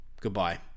goodbye